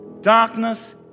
Darkness